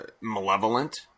malevolent